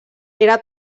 era